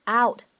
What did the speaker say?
out